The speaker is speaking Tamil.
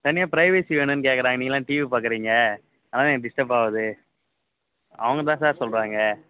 தனியாக ப்ரைவஸி வேணும்னு கேக்கிறாங்க நீங்கெல்லாம் டிவி பாக்குறீங்க அதான் எனக்கு டிஸ்டர்ப் ஆகுது அவங்க தான் சார் சொல்கிறாங்க